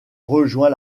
rejoint